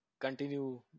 continue